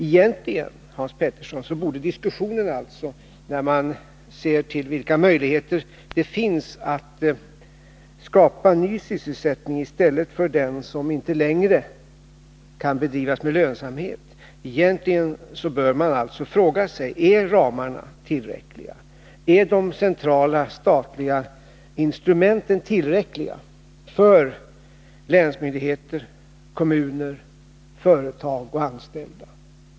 Egentligen, Hans Petersson, borde man alltså, när man ser till vilka möjligheter som finns att skapa ny sysselsättning i stället för den som inte längre kan bedrivas med lönsamhet, fråga sig: Är ramarna tillräckliga, är de centrala statliga instrumenten tillräckliga för länsmyndigheter, kommuner, företag och anställda?